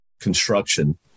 construction